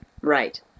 Right